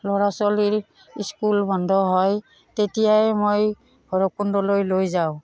ল'ৰা ছোৱালীৰ স্কুল বন্ধ হয় তেতিয়াই মই ভৈৰৱকুণ্ডলৈ লৈ যাওঁ